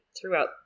throughout